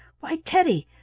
why, teddy,